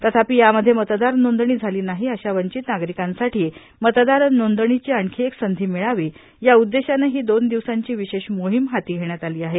तथापि यामध्ये मतदार नोंदणी झाली नाही अशा वंचित नागरिकांसाठी मतदार नोंदणीची आणखी एक संधी मिळावी या उद्देषानं ही दोन दिवसांची विशेष मोहीम हाती घेण्यात आली आहे